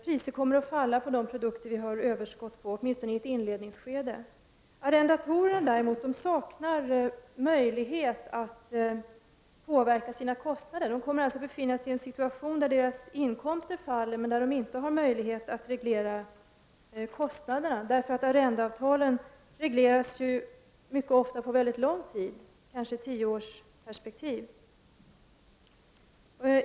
Priserna kommer att falla på de produkter som vi har överskott på, åtminstone i ett inledningsskede. Arrendatorerna saknar möjlighet att påverka sina kostnader. De kommer alltså att befinna sig i en situation, där deras inkomster faller men de inte har möjlighet att reglera kostnaderna. Arrendeavtalen regleras ju mycket ofta på lång tid, kanske tioårsperspektiv.